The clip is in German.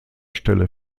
stelle